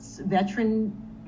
veteran